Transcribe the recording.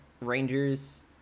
Rangers